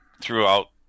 throughout